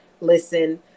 listen